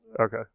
Okay